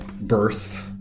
birth